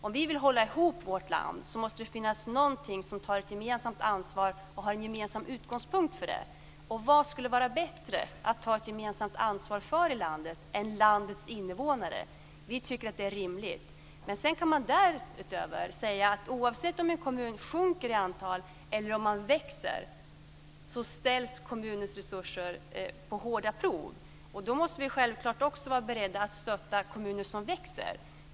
Om vi vill hålla ihop vårt land, måste det finnas någonting som tar ett gemensamt ansvar och som har en gemensam utgångspunkt för det. Och vad skulle vara bättre att ta ett gemensamt ansvar för i landet än landets invånare? Vi tycker att det är rimligt. Sedan kan man därutöver säga att oavsett om en kommun sjunker i antal invånare eller om den växer, ställs kommunens resurser på hårda prov. Då måste vi självklart också vara beredda att stötta kommuner som växer.